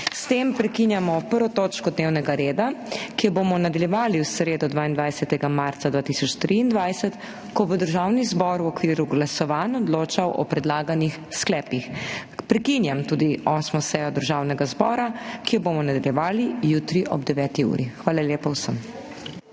S tem prekinjamo 1. točko dnevnega reda, ki jo bomo nadaljevali v sredo, 22. marca 2023, ko bo Državni zbor v okviru glasovanj odločal o predlaganih sklepih. Prekinjam tudi 8. sejo Državnega zbora, ki jo bomo nadaljevali jutri ob 9. uri. Hvala lepa vsem!